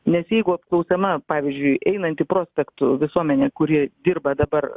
nes jeigu klausiama pavyzdžiui einanti prospektu visuomenė kuri dirba dabar